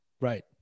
right